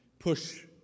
push